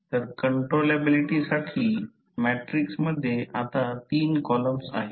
तर controllability matrix मध्ये आता 3 कॉलम आहेत